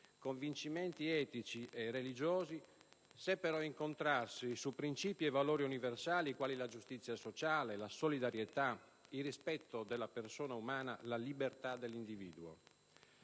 convincimenti etici e religiosi, seppero incontrarsi su princìpi e valori universali quali la giustizia sociale, la solidarietà, il rispetto della persona umana, la libertà dell'individuo.